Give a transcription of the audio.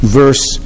verse